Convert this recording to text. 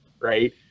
right